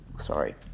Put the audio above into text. Sorry